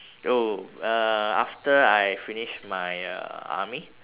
oh uh after I finish my uh army